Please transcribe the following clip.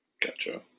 Gotcha